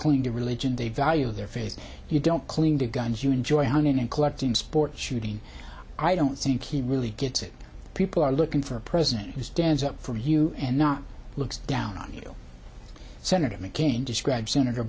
to religion they value their faith you don't cling to guns you enjoy hunting and collecting sport shooting i don't think he really gets it people are looking for a president who stands up for you and not looks down on you senator mccain described senator